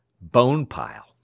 Bonepile